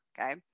Okay